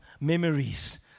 memories